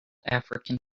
african